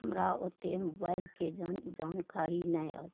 हमरा ओतेक मोबाइलके जान जानकारी नहि